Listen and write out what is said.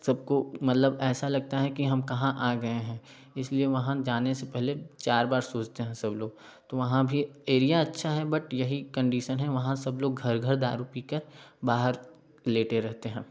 सबको मतलब ऐसा लगता है कि हम कहाँ आ गए हैं इसलिए वहाँ जाने से पहले चार बार सोचते हैं सब लोग तो वहाँ भी एरिया अच्छा है बट यही कंडीशन है वहाँ सब लोग घर घर दारू पीकर बाहर लेटे रहते हैं